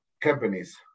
companies